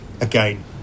Again